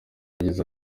yagize